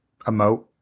emote